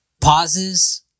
pauses